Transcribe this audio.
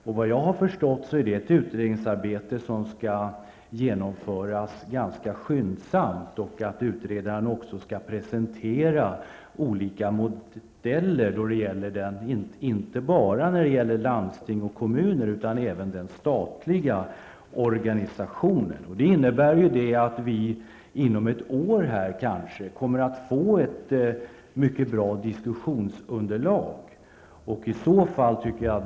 Såvitt jag har förstått är det ett utredningsarbete som skall genomföras ganska skyndsamt. Utredaren skall också presentera olika modeller, inte bara när det gäller landsting och kommuner utan även för den statliga organisationen. Det innebär att vi här kanske inom ett år kommer att få ett mycket bra diskussionsunderlag.